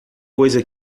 coisa